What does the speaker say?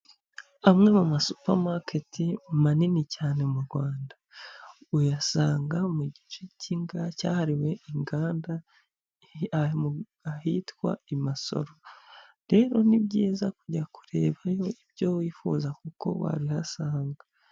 Amwe mu ma supamaketi manini cyane mu Rwanda, uyasanga mu gice cyahariwe inganda ahitwa i Masoro, rero ni byiza kujya kurebayo ibyo wifuza kuko wabihasanga.